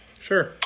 Sure